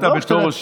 לא.